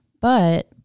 But-